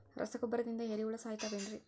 ರಸಗೊಬ್ಬರದಿಂದ ಏರಿಹುಳ ಸಾಯತಾವ್ ಏನ್ರಿ?